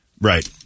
Right